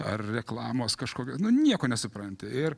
ar reklamos kažkokios nu nieko nesupranti ir